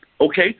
okay